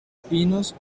pinos